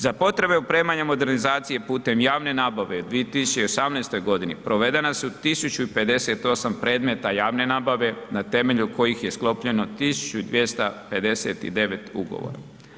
Za potrebe opremanja modernizacije putem javne nabave u 2018. godini provedena su 1.058 predmeta javne nabave na temelju je sklopljeno 1.259 ugovora.